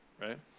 Right